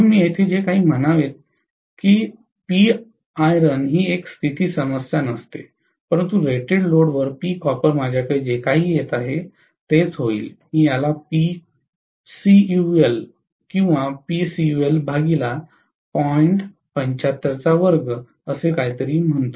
म्हणून मी येथे जे आहे ते म्हणावे की Piron ही एक स्थिर समस्या नसते परंतु रेटेड लोडवर Pcopper माझ्याकडे जे काही येत आहे तेच होईल मी याला Pcu1 किंवा असे काहीतरी म्हणू